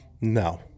No